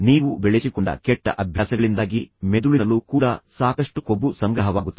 ನೀವು ಬೆಳೆಸಿಕೊಂಡ ಕೆಟ್ಟ ಅಭ್ಯಾಸಗಳಿಂದಾಗಿ ಮೆದುಳಿನಲ್ಲೂ ಕೂಡ ಸಾಕಷ್ಟು ಕೊಬ್ಬು ಸಂಗ್ರಹವಾಗುತ್ತದೆ